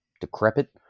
decrepit